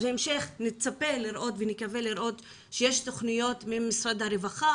בהמשך נצפה ונקווה לראות שיש תכניות ממשרד הרווחה